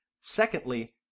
Secondly